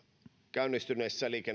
käynnistyneessä